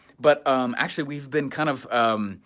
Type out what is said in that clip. but i'm actually, we've been kind of um,